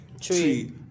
tree